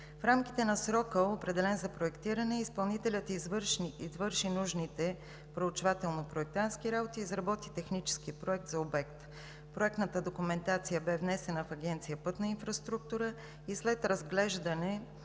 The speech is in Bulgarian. В рамките на срока, определен за проектиране, изпълнителят извърши нужните проучвателно-проектантски работи и изработи технически проекти за обекта. Проектната документация беше внесена в Агенция „Пътна инфраструктура“ и след разглеждане